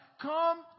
Come